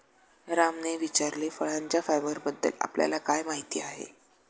रामने विचारले, फळांच्या फायबरबद्दल आपल्याला काय माहिती आहे?